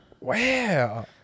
Wow